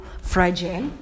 fragile